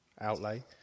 outlay